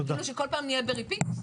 כאילו שכל פעם נהיה ב- repeat?